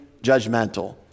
judgmental